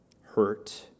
hurt